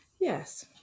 yes